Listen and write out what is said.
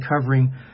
covering